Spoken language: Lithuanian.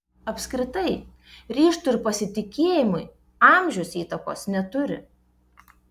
apskritai ryžtui ir pasitikėjimui amžius įtakos neturi